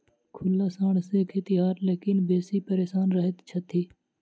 खुल्ला साँढ़ सॅ खेतिहर लोकनि बेसी परेशान रहैत छथि